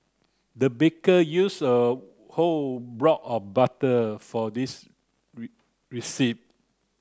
the baker used a whole block of butter for this recipe